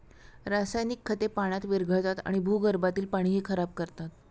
रासायनिक खते पाण्यात विरघळतात आणि भूगर्भातील पाणीही खराब करतात